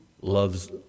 loves